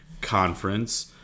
Conference